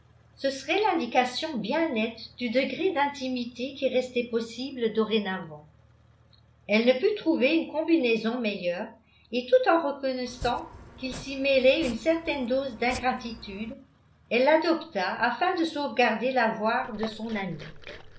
ce serait l'indication bien nette du degré d'intimité qui restait possible dorénavant elle ne put trouver une combinaison meilleure et tout en reconnaissant qu'il s'y mêlait une certaine dose d'ingratitude elle l'adopta afin de sauvegarder l'avoir de son amie